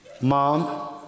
Mom